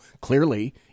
clearly